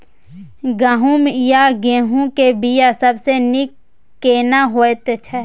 गहूम या गेहूं के बिया सबसे नीक केना होयत छै?